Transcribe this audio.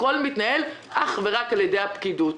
הכול מתנהל אך ורק על ידי הפקידות.